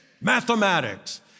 mathematics